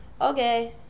Okay